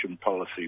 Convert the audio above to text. policy